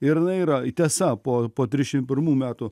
ir jinai yra tiesa po po trišim pirmų metų